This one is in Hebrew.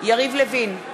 יריב לוין,